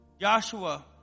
Joshua